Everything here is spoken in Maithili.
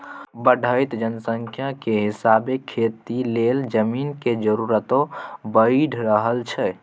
बढ़इत जनसंख्या के हिसाबे खेती लेल जमीन के जरूरतो बइढ़ रहल छइ